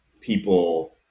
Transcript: people